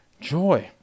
joy